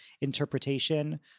interpretation